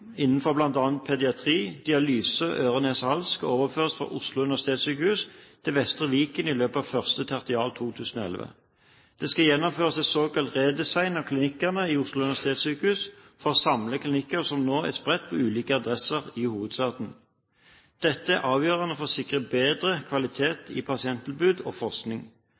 innenfor bl.a. pediatri, dialyse samt øre-nese-hals skal overføres fra Oslo universitetssykehus til Vestre Viken i løpet av første tertial 2011. Det skal gjennomføres en såkalt redesign av klinikkene i Oslo universitetssykehus for å samle klinikker som nå er spredt på ulike adresser i hovedstaden. Dette er avgjørende for å sikre bedre kvalitet i pasienttilbud og forskning.